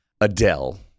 Adele